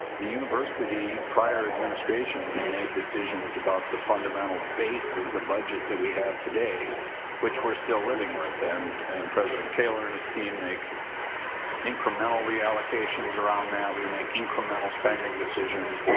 the university, prior administrations made decisions about the fundamental base of the budget that we have today which we're still living with, and and president kaler and his team make incremental reallocations around, now we make incremental spending decisions,